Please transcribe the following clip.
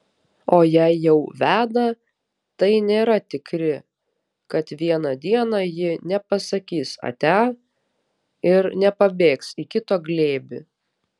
o jei jau veda tai nėra tikri kad vieną dieną ji nepasakys atia ir nepabėgs į kito glėbį